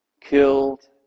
killed